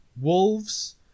Wolves